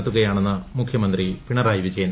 നടത്തുകയാണെന്ന് മുഖ്യമന്ത്രി പിണറായി വിജയൻ